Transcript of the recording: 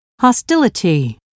hostility